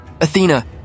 Athena